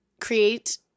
create